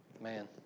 Man